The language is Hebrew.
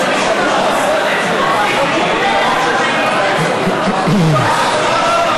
חובת סימון תאריך ושעת הכנת מזון על גבי אריזות המזון),